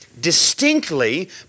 distinctly